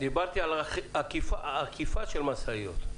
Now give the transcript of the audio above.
דיברתי על העקיפה של משאיות.